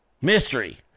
mystery